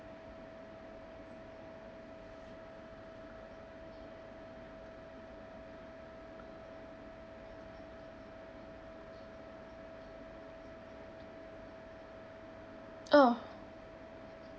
orh